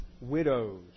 widows